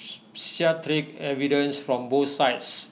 evidence from both sides